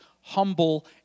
humble